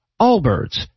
Allbirds